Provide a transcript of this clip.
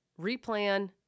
replan